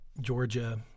Georgia